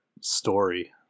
story